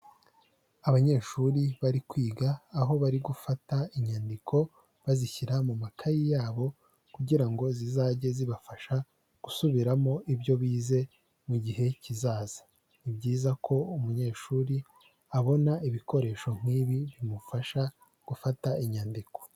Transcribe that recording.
Abanyeshuri bari kwiga, aho bari gufata inyandiko bazishyira mu makayi yabo kugira ngo zizajye zibafasha gusubiramo ibyo bize mu gihe kizaza. Ni byiza ko umunyeshuri abona ibikoresho nk'ibi bimufasha gufata inyandiko.